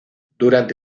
durante